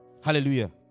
Hallelujah